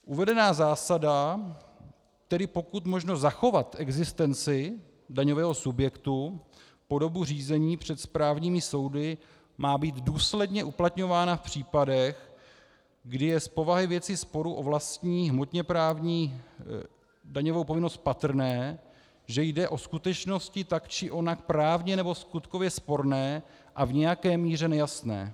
Uvedená zásada, tedy pokud možno zachovat existenci daňového subjektu po dobu řízení před správními soudy, má být důsledně uplatňována v případech, kdy je z povahy věci sporu o vlastní hmotněprávní daňovou povinnost patrné, že jde o skutečnosti tak či onak právně nebo skutkově sporné a v nějaké míře nejasné.